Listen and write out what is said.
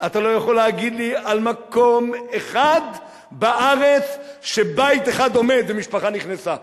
אתה לא יכול להגיד לי על מקום אחד בארץ שבית אחד עומד ומשפחה נכנסה.